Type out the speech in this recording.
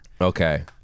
okay